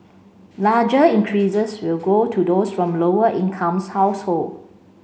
larger increases will go to those from lower incomes household